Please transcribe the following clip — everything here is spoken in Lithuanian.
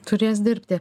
turės dirbti